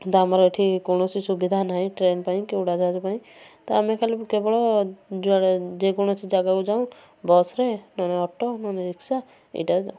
ତ ଆମର ଏଇଠି କୌଣସି ସୁବିଧା ନାହିଁ ଟ୍ରେନ୍ ପାଇଁ କି ଉଡ଼ାଜାହାଜ ପାଇଁ ତ ଆମେ ଖାଲି କେବଳ ଯୁଆଡ଼େ ଯେକୌଣସି ଜାଗାକୁ ଯାଉଁ ବସ୍ ରେ ନହେଲେ ଅଟୋ ନହେଲେ ରିକ୍ସା ଏଇଟାରେ ଯାଉଁ